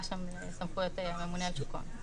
של הסמכויות של הממונה על שוק ההון.